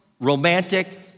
romantic